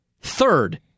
third